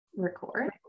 Record